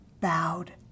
bowed